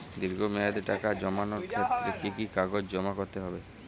দীর্ঘ মেয়াদি টাকা জমানোর ক্ষেত্রে কি কি কাগজ জমা করতে হবে?